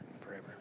forever